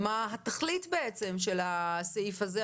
מה התכלית של הסעיף הזה?